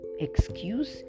excuse